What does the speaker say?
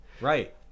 Right